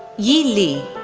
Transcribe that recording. yi li,